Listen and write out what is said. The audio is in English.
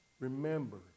Remember